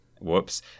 Whoops